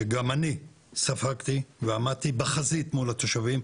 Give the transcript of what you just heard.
גם אני ספגתי ועמדתי בחזית מול התושבים,